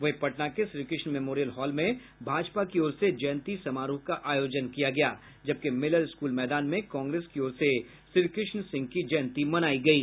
वहीं पटना के Shrikrishna memorial hall में भाजपा की ओर से जयंती समारोह का आयोजन किया गया जबकि मिलर स्कूल मैदान में कांग्रेस की ओर से श्रीकृष्ण सिंह की जयंती मनायी गयी